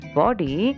body